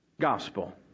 gospel